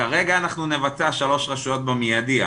כרגע אנחנו נבצע שלוש רשויות במיידי.